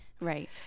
Right